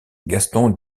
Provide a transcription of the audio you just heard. gaston